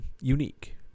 unique